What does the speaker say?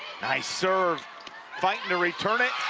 nice serve fighting to return it.